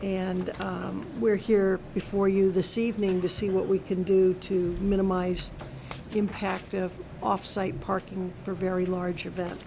and where here before you this evening to see what we can do to minimize the impact of offsite parking for very large